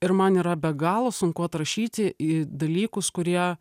ir man yra be galo sunku atrašyti į dalykus kurie